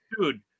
Dude